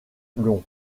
long